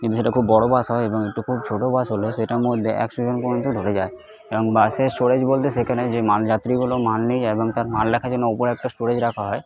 কিন্তু সেটা খুব বড়ো বাস হয় এবং একটু খুব ছোটো বাস হলে সেটার মধ্যে একশো জন পর্যন্ত ধরে যায় এবং বাসের স্টোরেজ বলতে সেখানে যে মাল যাত্রীগুলো মাল নিয়ে যায় এবং তারা মাল রাখার জন্য উপরে একটা স্টোরেজ রাখা হয়